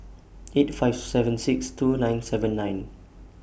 eight five seven six two nine seven nine